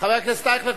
חבר הכנסת אייכלר,